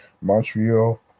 Montreal